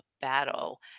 battle